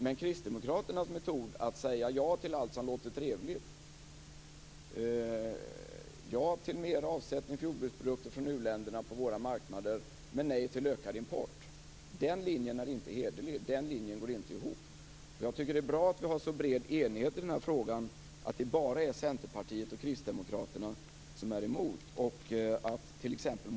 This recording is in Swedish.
Men Kristdemokraternas metod att säga ja till allt som låter trevligt, ja till mer avsättning för jordbruksprodukter från u-länderna på våra marknader men nej till ökad import. Den linjen är inte hederlig, den går inte ihop. Jag tycker att det är bra att vi har en så bred enighet i denna fråga att det bara är Centerpartiet och Kristdemokraterna som är emot och att t.ex.